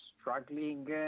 struggling